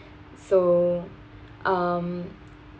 so um